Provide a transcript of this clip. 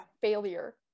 failure